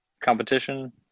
competition